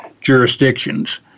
jurisdictions